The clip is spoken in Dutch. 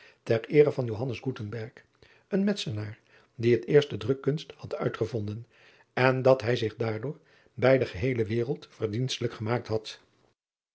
ter eere van een entzenaar die het eerst de drukkunst had uitgevonden en dat hij zich daardoor bij de geheele wereld verdienstelijk gemaakt had